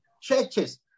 churches